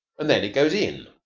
and then it goes in.